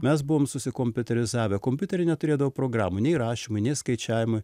mes buvome susikompiuterizavę kompiuteriai neturėdavo programų nei rašymui nei skaičiavimui